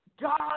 God